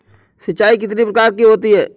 सिंचाई कितनी प्रकार की होती हैं?